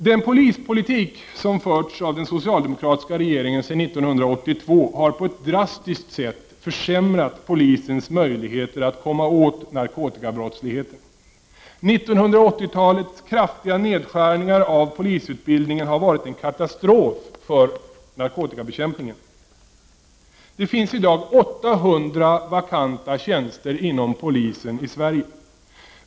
Den polispolitik som förts av den socialdemokratiska regeringen sedan 1982 har på ett drastiskt sätt försämrat polisens möjligheter att komma åt narkotikabrottsligheten. De kraftiga nedskärningarna av polisutbildningen under 1980-talet har varit en katastrof för narkotikabekämpningen. Det finns i dag 800 vakanta tjänster inom polisväsendet i Sverige.